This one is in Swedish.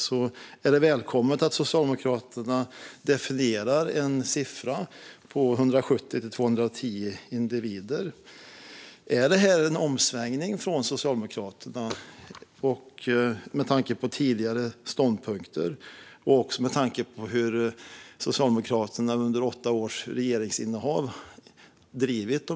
Därför är det välkommet att Socialdemokraterna definierar en siffra på 170-210 individer. Är detta en omsvängning från Socialdemokraterna med tanke på tidigare ståndpunkter och med tanke på hur Socialdemokraterna under åtta års regeringsinnehav har drivit frågorna?